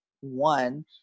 one